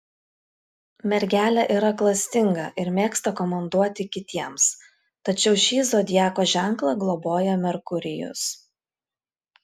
mergelė yra klastinga ir mėgsta komanduoti kitiems tačiau šį zodiako ženklą globoja merkurijus